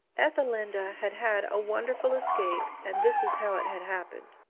ethelinda had had a wonderful escape, and this is how it had happened